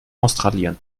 australien